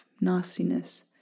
nastiness